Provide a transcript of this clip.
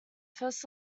first